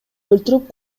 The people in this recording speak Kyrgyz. өлтүрүп